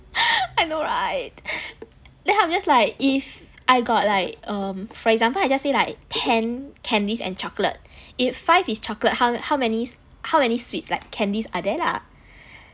I know right then I'm just like if I got like um for example I just say like ten candies and chocolate if five is chocolate how man~ how many sweets like candies are there lah